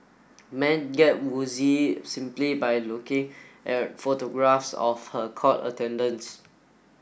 men get woozy simply by looking at photographs of her court attendance